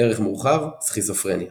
ערך מורחב – סכיזופרניה